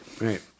right